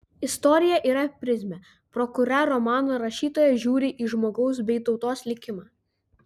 istorija yra prizmė pro kurią romano rašytojas žiūri į žmogaus bei tautos likimą